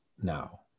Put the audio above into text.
now